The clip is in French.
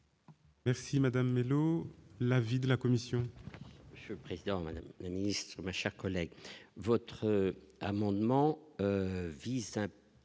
Merci Madame Mellow l'avis de la commission.